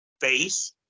face